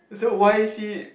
so why is she